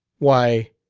why,